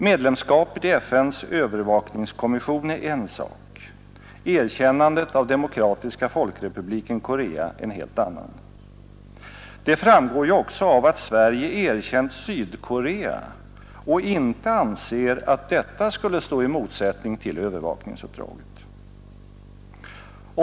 Medlemskapet i FN:s övervakningskommission är en sak, erkännandet av Demokratiska folkrepubliken Korea en helt annan. Det framgår ju också av att Sverige erkänt Sydkorea och icke anser att detta skulle stå i motsättning till övervakningsuppdraget.